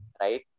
right